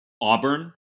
Auburn